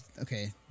okay